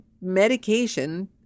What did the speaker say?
medication